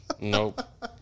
nope